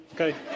Okay